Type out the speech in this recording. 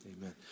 amen